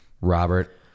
Robert